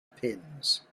pins